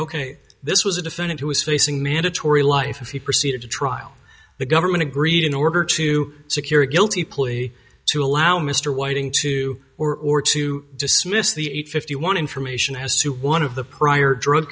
ok this was a defendant who was facing mandatory life and he proceeded to trial the government agreed in order to secure a guilty plea to allow mr whiting to or or to dismiss the eight fifty one information has to one of the prior drug